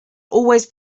always